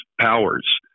powers